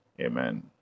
Amen